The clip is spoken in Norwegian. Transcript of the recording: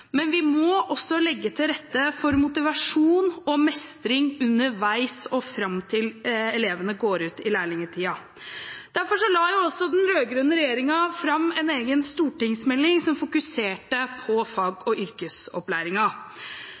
men vi må også legge til rette for motivasjon og mestring underveis og fram til elevene går ut i lærlingperioden. Derfor la jo også den rød-grønne regjeringen fram en egen stortingsmelding som fokuserte på fag- og